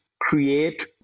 create